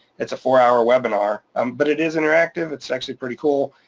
it's a four hour webinar um but it is interactive. it's actually pretty cool.